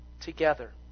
together